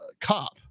cop